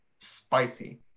spicy